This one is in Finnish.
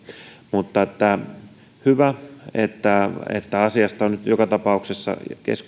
mutta on hyvä että että asiasta on nyt joka tapauksessa